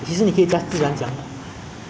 just 自然讲好像在讲话这样